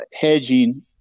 hedging